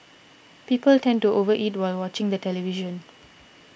people tend to over eat while watching the television